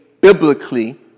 biblically